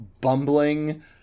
bumbling